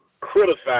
criticize